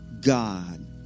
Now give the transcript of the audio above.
God